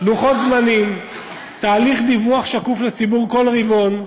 לוחות זמנים, תהליך דיווח שקוף לציבור כל רבעון.